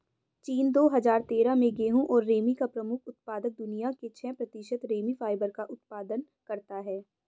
चीन, दो हजार तेरह में गेहूं और रेमी का प्रमुख उत्पादक, दुनिया के छह प्रतिशत रेमी फाइबर का उत्पादन करता है